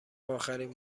اخرین